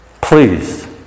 Please